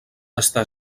està